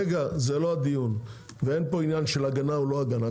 רגע זה לא הדיון ואין פה עניין של הגנה או לא הגנה,